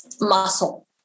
muscle